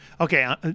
Okay